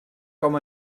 com